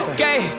gay